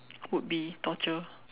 would be torture